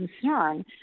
concern